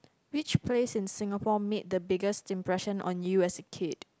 which place in Singapore made the biggest impression on you as a kid